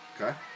Okay